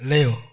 Leo